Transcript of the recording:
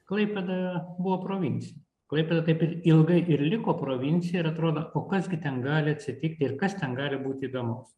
klaipėda buvo provincija klaipėda taip ir ilgai ir liko provincija ir atrodo o kas gi ten gali atsitikti ir kas ten gali būti įdomaus